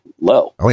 low